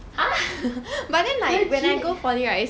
!huh! legit